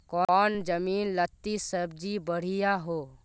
कौन जमीन लत्ती सब्जी बढ़िया हों?